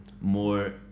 more